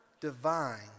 divine